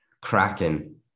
cracking